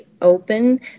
open